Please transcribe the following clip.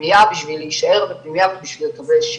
לפנימייה בשביל להישאר בפנימייה ובשביל לקבל שיקום.